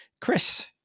Chris